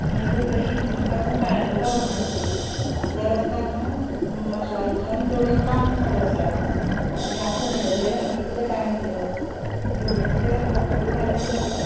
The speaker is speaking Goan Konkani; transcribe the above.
आं हॅलो भाई म्हाका न्हय खांडेपारा व्हरपा आसलें आनी त्या रस्त्या न्हय माशेलांच्यान तेवटेन काम चालू आसा मागीर हांव फोंडेच्यान गेल्यार म्हाका कितलो टायम लागतलो हेवटेच्यान गेल्यार म्हाका फॉर्टी फाय मिनिट्स लागतात